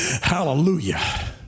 Hallelujah